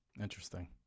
Interesting